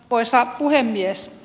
arvoisa puhemies